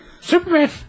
Superman